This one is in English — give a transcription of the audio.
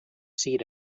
seat